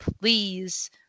please